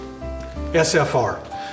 SFR